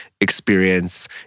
experience